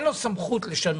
נכון.